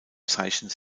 zeichnen